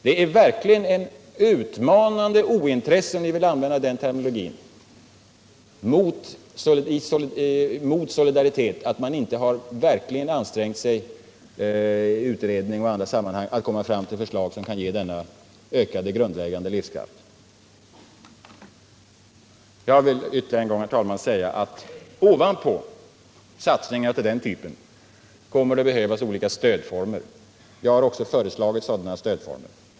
Det är verkligen ett utmanande ointresse — om ni vill använda den terminologin — för solidaritet att man inte har ansträngt sig i utredning och andra sammanhang att komma fram till förslag som kan ge denna ökade grundläggande livskraft. Jag vill ytterligare en gång, herr talman, säga att ovanpå satsningar av den typen kommer det att behövas olika stödformer. Sådana stödformer har jag också föreslagit.